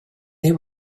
they